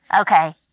Okay